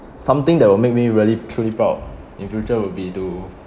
something that will make me really truly proud in future would be to